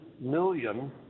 million